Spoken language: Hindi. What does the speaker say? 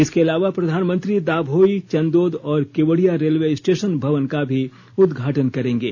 इसके अलावा प्रधानमंत्री दाभोई चंदोद और केवड़िया रेलवे स्टेशन भवन का भी उद्घाटन करेंगे